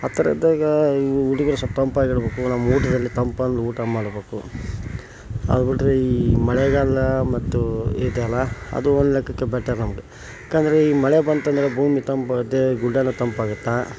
ಆ ಥರ ಇದ್ದಾಗ ಇವು ಹುಡುಗುರು ಸ್ವಲ್ಪ ತಂಪಾಗಿಡಬೇಕು ನಮ್ಮ ಊಟದಲ್ಲಿ ತಂಪಂದು ಊಟ ಮಾಡಬೇಕು ಅದು ಬಿಟ್ಟರೆ ಈ ಮಳೆಗಾಲ ಮತ್ತು ಇದೆಲ್ಲ ಅದು ಒಂದು ಲೆಕ್ಕಕ್ಕೆ ಬೆಟರ್ ನಮಗೆ ಏಕೆಂದರೆ ಈ ಮಳೆ ಬಂತೆಂದರೆ ಭೂಮಿ ತಂಪಾಗುತ್ತೆ ಈ ಗುಡ್ಡ ಎಲ್ಲ ತಂಪಾಗುತ್ತೆ